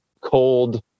cold